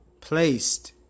Placed